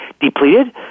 depleted